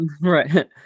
Right